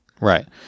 Right